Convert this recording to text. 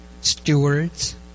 stewards